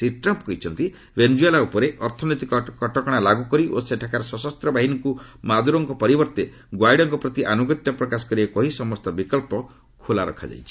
Shri Trump କହିଛନ୍ତି Venezuela ଉପରେ ଅର୍ଥନୈତିକ କଟକଣା ଲାଗୁକରି ଓ ସେଠାକାର ସଶସ୍ତ ବାହିନୀକୁ ମାଦୁରୋଙ୍କ ପରିବର୍ତ୍ତେ ଗ୍ୱାଇଡୋଙ୍କ ପ୍ରତି ଆନୁଗତ୍ୟ ପ୍ରକାଶ କରିବାକୁ କହି ସମସ୍ତ ବିକ୍ସ ଖୋଲା ରଖାଯାଇଛି